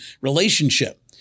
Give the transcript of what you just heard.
relationship